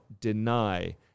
deny